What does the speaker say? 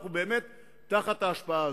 אנחנו באמת תחת ההשפעה הזאת.